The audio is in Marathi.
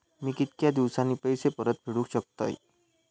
मी कीतक्या दिवसांनी पैसे परत फेडुक शकतय?